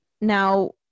now